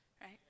right